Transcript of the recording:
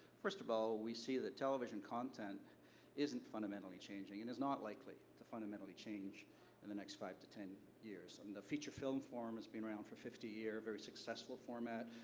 first of all, we see that television content isn't fundamentally changing, and is not likely to fundamentally change in the next five to ten years. um the feature film forum has been around for fifty years, a very successful format,